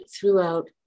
throughout